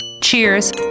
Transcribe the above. Cheers